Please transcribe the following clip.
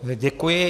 Děkuji.